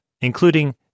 including